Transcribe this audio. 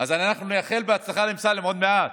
אנחנו נאחל הצלחה לאמסלם עוד מעט.